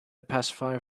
pacifier